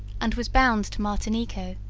and was bound to martinico,